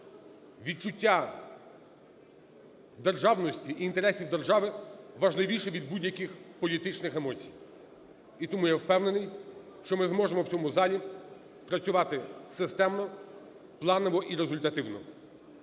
відчуття державності і інтересів держави важливіші від будь-яких політичних емоцій. І тому я впевнений, що ми зможемо в цьому залі працювати системно, планово і результативно.